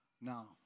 now